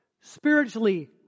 Spiritually